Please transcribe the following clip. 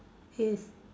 he is